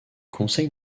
conseil